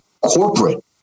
corporate